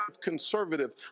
conservative